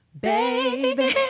baby